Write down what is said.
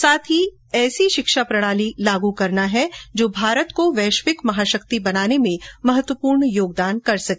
साथ ही ऐसी शिक्षा प्रणाली लागू करना है जो भारत को वैश्विक महाशक्ति बनाने में महत्वपूर्ण योगदान कर सके